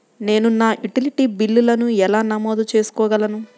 నేను నా యుటిలిటీ బిల్లులను ఎలా నమోదు చేసుకోగలను?